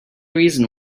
reason